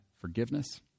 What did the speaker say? forgiveness